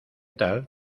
tal